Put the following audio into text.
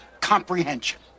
comprehension